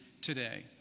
today